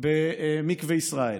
במקווה ישראל,